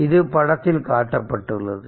இது படத்தில் காட்டப்பட்டுள்ளது